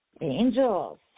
Angels